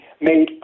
made